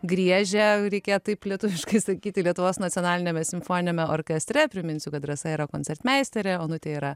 griežia reikia taip lietuviškai sakyti lietuvos nacionaliniame simfoniniame orkestre priminsiu kad rasa yra koncertmeisterė onutė yra